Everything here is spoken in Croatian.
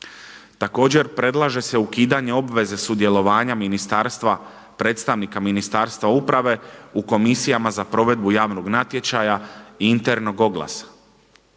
Također predlaže se ukidanje obveze sudjelovanja ministarstva predstavnika Ministarstva uprave u komisijama za provedbu javnog natječaja i internog oglasa.